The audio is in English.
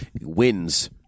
wins